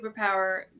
superpower